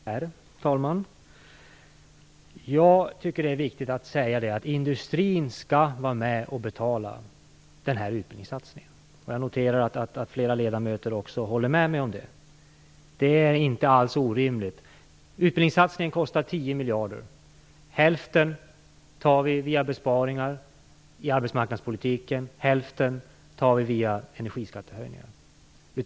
Herr talman! Jag tycker att det är viktigt att säga att industrin skall vara med och betala den här utbildningssatsningen. Jag noterar att flera ledamöter håller med mig om det. Det är inte alls orimligt. Utbildningssatsningen kostar 10 miljarder. Hälften tar vi via besparingar i arbetsmarknadspolitiken, och hälften tar vi via energiskattehöjningar.